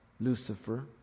Lucifer